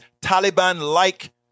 Taliban-like